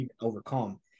overcome